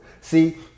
See